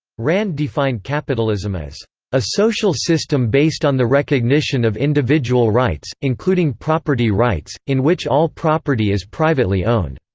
rand defined capitalism as a social system based on the recognition of individual rights, rights, including property rights, in which all property is privately owned.